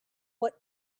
what